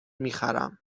میخرم